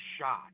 shot